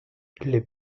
les